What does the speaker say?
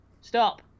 Stop